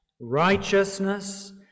Righteousness